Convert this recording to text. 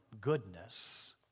goodness